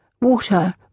Water